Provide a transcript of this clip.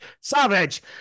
Savage